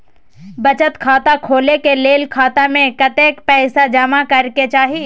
बचत खाता खोले के लेल खाता में कतेक पैसा जमा करे के चाही?